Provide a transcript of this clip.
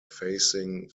facing